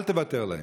אל תוותר להם.